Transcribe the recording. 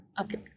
okay